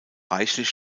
reichlich